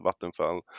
Vattenfall